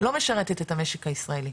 לא משרתת את המשק הישראלי